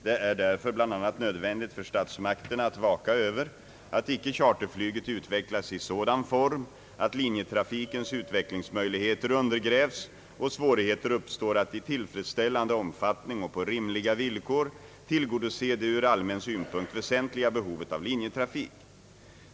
Det är därför bl.a. nödvändigt för statsmakterna att vaka över att icke charterflyget utvecklas i sådan form att linjetrafikens utvecklingsmöjligheter undergrävs och svårigheter uppstår att i tillfredsställande omfattning och på rimliga villkor tillgodose det ur allmän synpunkt väsentliga behovet av linjetrafik.